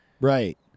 Right